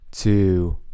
two